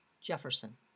Jefferson